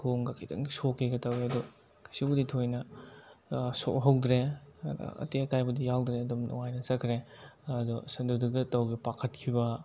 ꯈꯣꯡꯒ ꯈꯤꯇꯪ ꯁꯣꯛꯀꯦꯒ ꯇꯧꯑꯦ ꯑꯗꯣ ꯀꯩꯁꯨꯕꯨꯗꯤ ꯊꯣꯏꯅ ꯁꯣꯛꯍꯧꯗ꯭ꯔꯦ ꯑꯇꯦꯛ ꯑꯀꯥꯏꯕꯨꯗꯤ ꯌꯥꯎꯗ꯭ꯔꯦ ꯑꯗꯨꯝ ꯅꯨꯡꯉꯥꯏꯅ ꯆꯠꯈ꯭ꯔꯦ ꯑꯗꯣ ꯑꯁ ꯑꯗꯨꯗꯨꯗ ꯇꯧꯈꯤꯕ ꯄꯥꯈꯠꯈꯤꯕ